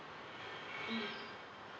mm